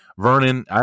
Vernon